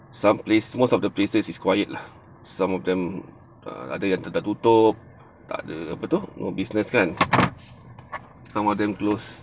some place most of the places is quiet lah some of them err ada yang dah tutup tak ada apa tu business kan some of them close